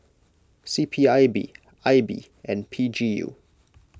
C P I B I B and P G U